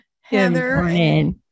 Heather